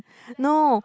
no